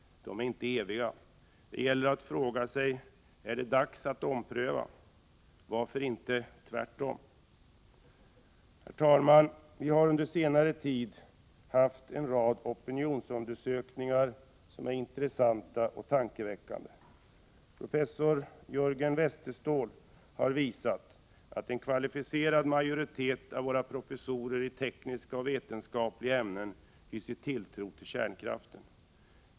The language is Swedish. De är inte eviga. Det gäller att fråga sig: Är det dags att ompröva? Varför inte tvärtom? Herr talman! Det har under senare tid gjorts en rad opinionsundersökningar som är intressanta och tankeväckande. Professor Jörgen Westerståhl har visat att en kvalificerad majoritet av våra professorer i tekniska och vetenskapliga ämnen hyser tilltro till kärnkraften.